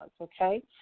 okay